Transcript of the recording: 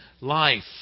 life